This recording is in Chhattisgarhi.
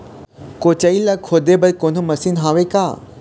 कोचई ला खोदे बर कोन्हो मशीन हावे का?